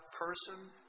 person